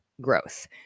growth